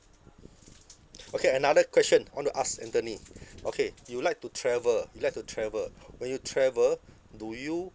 okay another question want to ask anthony okay you like to travel you like to travel when you travel do you